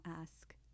ask